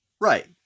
Right